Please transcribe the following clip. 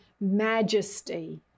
majesty